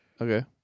Okay